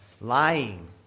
lying